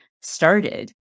started